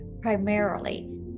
primarily